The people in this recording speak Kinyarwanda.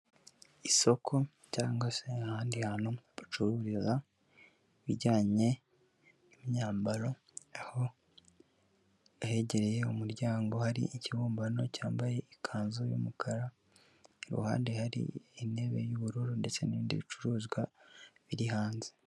Isoko cyangwa se ahandi hantu bacururiza ibijyanye n'imyambaro aho ahegereye umuryango hari ikibumbano cyambaye ikanzu y'umukara, iruhande hari intebe y'ubururu ndetse n'ibindi bicuruzwa biri hanze.